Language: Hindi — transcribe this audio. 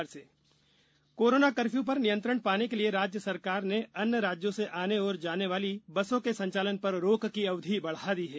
परिवहन सेवा स्थगित कोरोना कर्फ्यू पर नियंत्रण पाने के लिए राज्य सरकार ने अन्य राज्यों से आने और जाने वाले बसों के संचालन पर रोक की अवधि बढ़ा दी है